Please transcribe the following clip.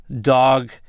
dog